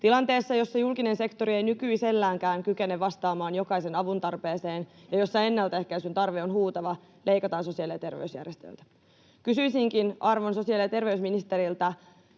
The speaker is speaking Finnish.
Tilanteessa, jossa julkinen sektori ei nykyiselläänkään kykene vastaamaan jokaisen avuntarpeeseen ja jossa ennalta ehkäisyn tarve on huutava, leikataan sosiaali- ja terveysjärjestöiltä. Kysyisinkin arvon sosiaali- ja terveysministeriltä: